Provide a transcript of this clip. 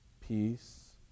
peace